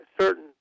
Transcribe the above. certain